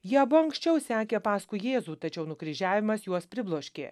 jie abu anksčiau sekė paskui jėzų tačiau nukryžiavimas juos pribloškė